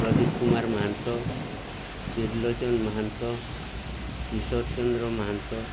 Pradeep Kumar Mahanta Trilochan Mahanta Kishore Chandra Mahanta